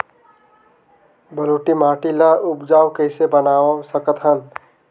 बलुही माटी ल उपजाऊ कइसे बनाय सकत हन?